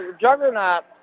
juggernaut